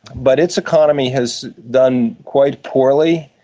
but its economy has done quite poorly,